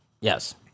Yes